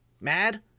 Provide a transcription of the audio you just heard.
mad